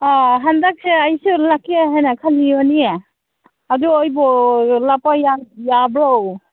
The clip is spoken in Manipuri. ꯍꯟꯗꯛꯁꯦ ꯑꯩꯁꯦ ꯂꯥꯛꯀꯦ ꯍꯥꯏꯅ ꯈꯟꯈꯤꯕꯅꯤ ꯑꯗꯨ ꯑꯩꯕꯨ ꯂꯥꯛꯄ ꯌꯥꯕ꯭ꯔꯣ